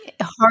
hard